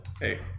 Hey